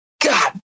god